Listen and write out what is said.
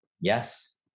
Yes